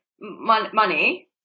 money